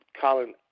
Colin